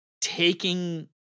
taking